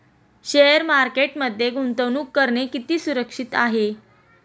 Share मार्केटमध्ये गुंतवणूक करणे किती सुरक्षित आहे?